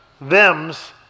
thems